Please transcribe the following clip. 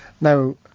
Now